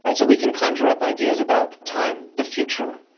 and so we can conjure up ideas about time, the future.